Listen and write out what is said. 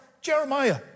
Jeremiah